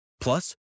Plus